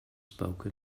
spoken